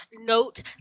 note